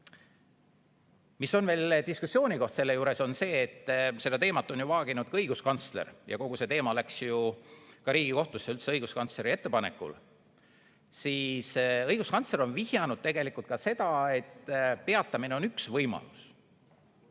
Mis on veel diskussiooni koht selle juures, on see, et seda teemat on ju vaaginud ka õiguskantsler ja kogu see teema läks ka Riigikohtusse üldse õiguskantsleri ettepanekul. Õiguskantsler on vihjanud tegelikult ka seda, et peatamine on üks võimalus.